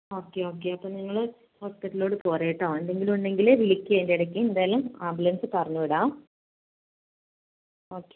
okay okay അപ്പം നിങ്ങൾ ഹോസ്പിറ്റലിലോട്ട് പോരൂ കേട്ടോ എന്തെങ്കിലും ഉണ്ടെങ്കിൽ വിളിക്ക് അതിന്റെ ഇടയ്ക്ക് എന്തായാലും ആംബുലൻസ് പറഞ്ഞ് വിടാം ഓക്കെ